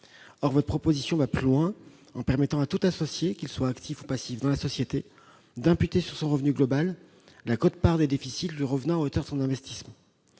Or votre proposition va plus loin en permettant à tout associé, qu'il soit actif ou passif dans la société, d'imputer sur son revenu global la quote-part des déficits lui revenant à hauteur de son investissement.